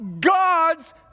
God's